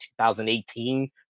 2018